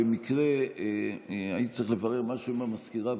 במקרה הייתי צריך לברר משהו עם המזכירה,